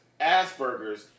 Asperger's